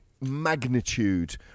Magnitude